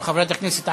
והבריאות נתקבלה.